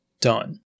done